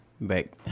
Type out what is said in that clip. Back